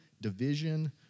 division